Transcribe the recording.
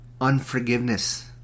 Unforgiveness